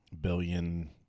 billion